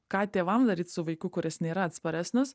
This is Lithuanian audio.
ką tėvam daryt su vaiku kuris nėra atsparesnis